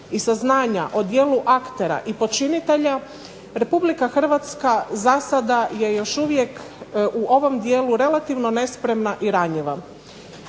i saznanja o dijelu aktera i počinitelja Republika Hrvatska za sada je još uvijek u ovom dijelu relativno nespremna i ranjiva.